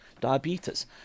diabetes